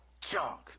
junk